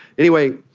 anyway,